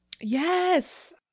Yes